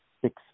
Six